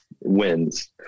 wins